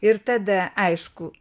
ir tada aišku